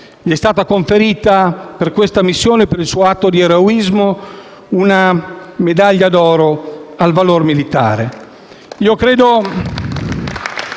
Gli è stata conferita per questa missione, per il suo atto di eroismo, una medaglia d'oro al valor militare.